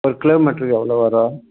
ஒரு கிலோமீட்டருக்கு எவ்வளோ வரும்